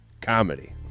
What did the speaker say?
Comedy